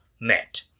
net